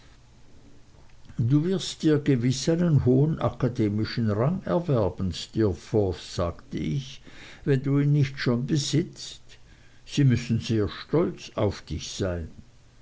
du wirst dir gewiß einen hohen akademischen rang erwerben steerforth sagte ich wenn du ihn nicht schon besitzt sie müssen sehr stolz auf dich sein